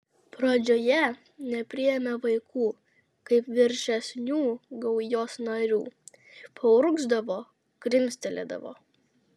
pradžioje nepriėmė vaikų kaip viršesnių gaujos narių paurgzdavo krimstelėdavo